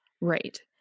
Right